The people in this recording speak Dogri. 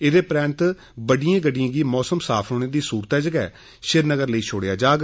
एह्दे परैंत बड्डियें गड्डियें गी मौसम साफ रौहने दी सुरते च श्रीनगर लेई छोड़ेया जाह्ग